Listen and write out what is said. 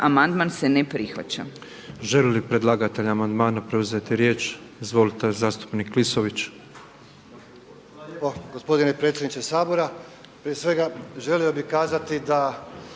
amandman Vlade se prihvaća.